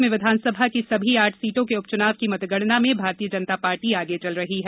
ग्जरात में विधानसभा की सभी आठ सीटों के उपच्नाव की मतगणना में भारतीय जनता पार्टी आगे चल रही है